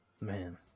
Man